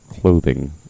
clothing